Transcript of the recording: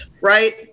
right